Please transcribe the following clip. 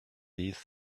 these